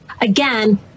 again